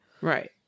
Right